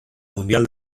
mundial